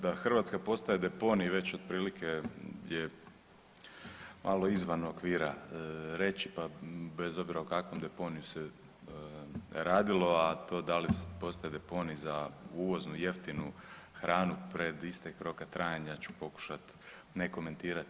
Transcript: Da Hrvatska postaje deponij već otprilike je malo izvan okvira reći pa bez obzira o kakvom deponiju se radilo, a to da li postaje deponij za uvoznu jeftinu hranu pred istek roka trajanja ja ću pokušati ne komentirat.